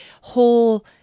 whole